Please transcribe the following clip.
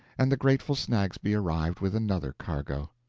and the grateful snagsby arrived with another cargo.